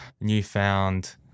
newfound